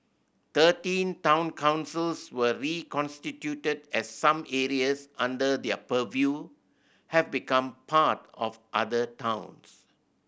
thirteen town councils were reconstituted as some areas under their purview have become part of other towns